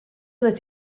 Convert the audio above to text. byddet